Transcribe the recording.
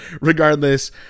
regardless